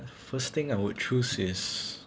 first thing I would choose is